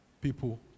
people